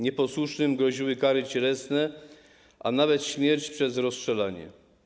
Nieposłusznym groziły kary cielesne, a nawet śmierć przez rozstrzelanie.